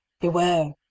beware